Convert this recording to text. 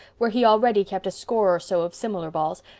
where he already kept a score or so of similar balls,